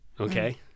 okay